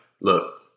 look